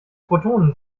protonen